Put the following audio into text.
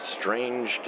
strange